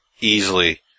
easily